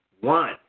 one